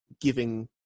giving